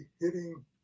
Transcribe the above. hitting